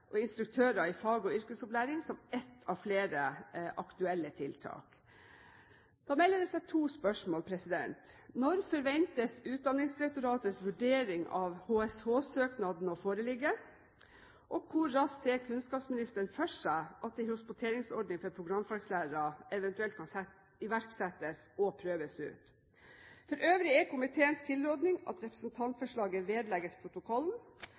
og instruktører i fag- og yrkesopplæring som ett av flere aktuelle tiltak. Da melder det seg to spørsmål: Når forventes Utdanningsdirektoratets vurdering av HSH-søknaden å foreligge? Og hvor raskt ser kunnskapsministeren for seg at en hospiteringsordning for programfaglærere eventuelt kan iverksettes og prøves ut? For øvrig er komiteens tilråding at representantforslaget vedlegges protokollen.